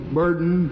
burden